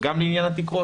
וגם לעניין התקרות.